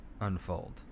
unfold